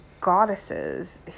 goddesses